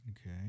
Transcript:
Okay